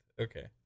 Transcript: Okay